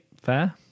fair